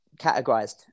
categorized